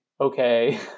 okay